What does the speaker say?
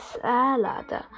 salad